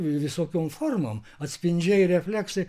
visokiom formom atspindžiai refleksai